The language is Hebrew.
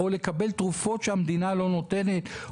או לקבל תרופות שהמדינה לא נותנת,